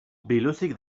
biluzik